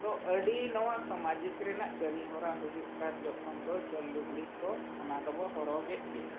ᱛᱚ ᱟᱹᱰᱤ ᱱᱚᱣᱟ ᱥᱟᱢᱟᱡᱤᱠ ᱨᱮᱱᱟᱜ ᱠᱟᱹᱢᱤ ᱦᱚᱨᱟ ᱦᱩᱭᱩᱜ ᱠᱟᱱ ᱡᱚᱠᱷᱚᱱ ᱫᱚ ᱡᱷᱟᱹᱞ ᱞᱩᱜᱽᱲᱤᱡ ᱠᱚ ᱚᱱᱟ ᱫᱚᱵᱚ ᱦᱚᱨᱚᱜᱮᱫ ᱜᱮᱭᱟ